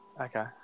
Okay